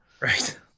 Right